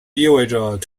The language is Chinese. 意味着